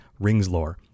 ringslore